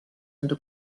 into